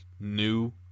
new